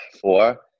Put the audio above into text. four